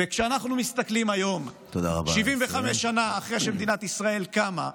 וכשאנחנו מסתכלים היום 75 שנה אחרי שמדינת ישראל קמה,